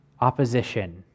opposition